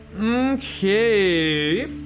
Okay